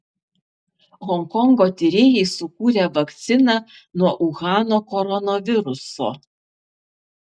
honkongo tyrėjai sukūrė vakciną nuo uhano koronaviruso